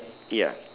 ya